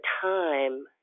time